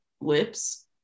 lips